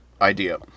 idea